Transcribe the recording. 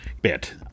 bit